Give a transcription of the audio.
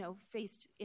faced